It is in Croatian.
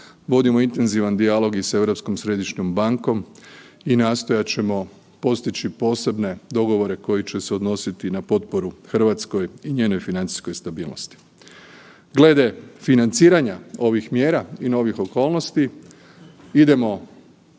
vodimo intenzivan dijalog i s Europskom središnjom bankom i nastojati ćemo postići posebne dogovore koji će se odnositi na potporu RH i njenoj financijskoj stabilnosti. Glede financiranja ovih mjera i novih okolnosti idemo